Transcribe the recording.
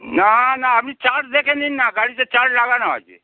না না আপনি চার্জ দেখে নিন না গাড়িতে চার্জ লাগানো আছে